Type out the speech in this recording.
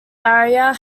barrier